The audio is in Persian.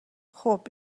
خوب